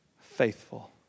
faithful